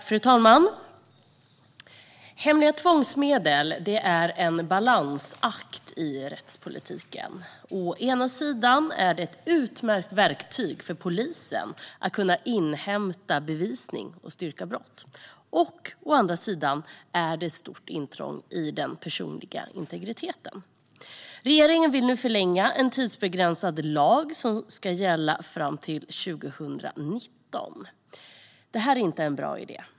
Fru talman! Hemliga tvångsmedel är en balansakt i rättspolitiken. Å ena sidan är det ett utmärkt verktyg för polisen för att kunna inhämta bevisning och styrka brott, å andra sidan är det ett stort intrång i den personliga integriteten. Regeringen vill förlänga en tidsbegränsad lag så att den ska gälla fram till 2019. Det är ingen bra idé.